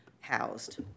housed